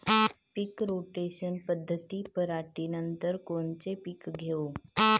पीक rotation पद्धतीत पराटीनंतर कोनचे पीक घेऊ?